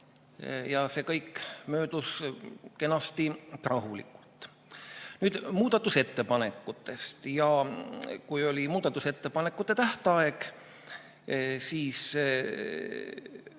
See kõik möödus kenasti ja rahulikult. Nüüd muudatusettepanekutest. Kui oli muudatusettepanekute tähtaeg, siis